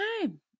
time